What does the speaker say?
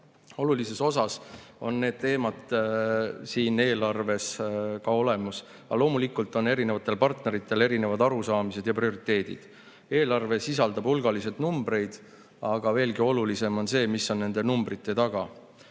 Olulises osas on need teemad siin eelarves ka olemas, aga loomulikult on eri partneritel erinevad arusaamised ja prioriteedid. Eelarve sisaldab hulgaliselt numbreid, aga veelgi olulisem on see, mis on nende numbrite taga.